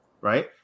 right